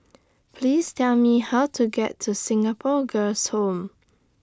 Please Tell Me How to get to Singapore Girls' Home